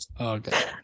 Okay